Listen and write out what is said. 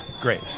Great